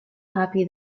happy